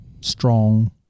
strong